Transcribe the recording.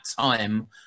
time